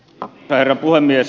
herra puhemies